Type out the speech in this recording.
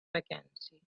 vacancy